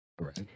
Right